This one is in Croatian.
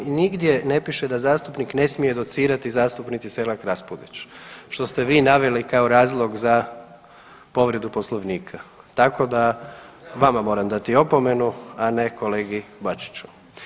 Nigdje ne piše da zastupnik ne smije docirati zastupnici Selak-Raspudić što ste vi naveli kao razlog za povredu Poslovnika, tako da vama moram dati opomenu, a ne kolegi Bačiću.